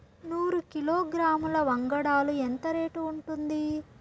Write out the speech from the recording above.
నూరు కిలోగ్రాముల వంగడాలు ఎంత రేటు ఉంటుంది?